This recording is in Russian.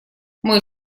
мой